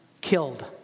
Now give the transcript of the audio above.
killed